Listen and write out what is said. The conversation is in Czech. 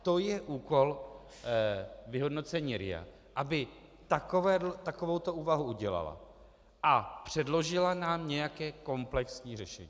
To je úkol vyhodnocení RIA, aby takovouto úvahu udělala a předložila nám nějaké komplexní řešení.